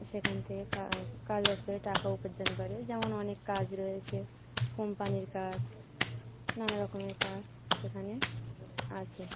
সেখান থেকে কাজ বাজ করে টাকা উপার্জন করে যেমন অনেক কাজ রয়েছে কোম্পানির কাজ নানা রকমের কাজ সেখানে আসে